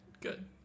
good